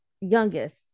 youngest